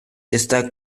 está